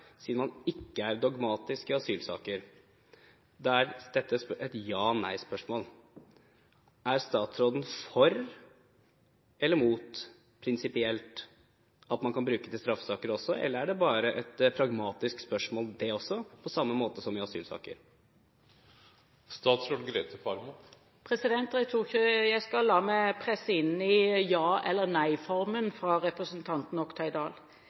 Siden man ikke er dogmatisk i asylsaker – dette er et ja/nei-spørsmål – er statsråden prinsipielt for eller mot at man kan bruke det i straffesaker også? Eller er det også bare et pragmatisk spørsmål, på samme måte som i asylsaker? Jeg tror ikke jeg skal la meg presse inn i